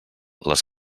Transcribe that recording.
les